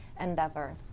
endeavor